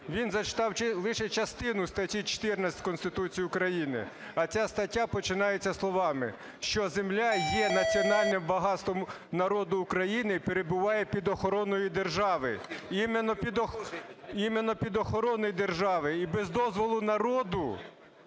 Він зачитав лише частину статті 14 Конституції України. А ця стаття починається словами, що "земля є національним багатством народу України і перебуває під охороною держави". Іменно під охороною держави. І без дозволу народу,